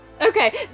Okay